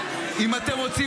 אנחנו לא רוצים